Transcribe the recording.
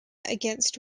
against